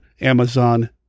amazon